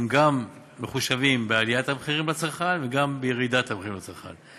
הם גם מחושבים בעליית המחירים לצרכן וגם בירידת המחירים לצרכן.